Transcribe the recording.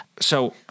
So-